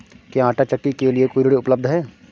क्या आंटा चक्की के लिए कोई ऋण उपलब्ध है?